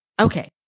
Okay